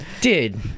Dude